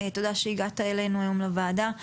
תודה שהגעת אלינו היום לוועדה.